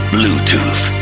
Bluetooth